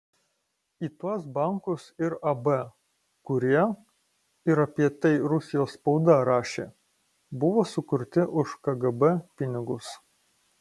į tuos bankus ir ab kurie ir apie tai rusijos spauda rašė buvo sukurti už kgb pinigus